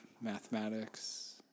mathematics